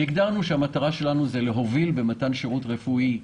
הגדרנו שהמטרה שלנו היא להוביל במתן שירות רפואי.